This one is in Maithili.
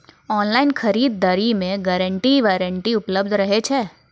ऑनलाइन खरीद दरी मे गारंटी वारंटी उपलब्ध रहे छै?